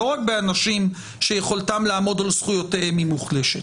לא רק באנשים שיכולתם לעמוד על זכויותיהם היא מוחלשת.